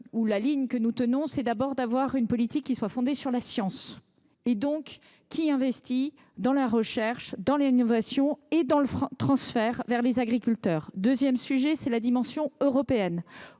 La ligne que nous tenons est, d’abord, une politique qui soit fondée sur la science, donc qui investit dans la recherche, dans l’innovation et dans le transfert vers les agriculteurs. Le deuxième enjeu a trait à la dimension européenne.